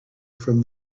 from